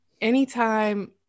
anytime